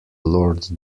lord